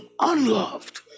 unloved